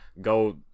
Go